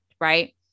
Right